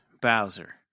Bowser